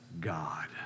God